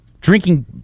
drinking